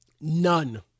None